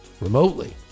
remotely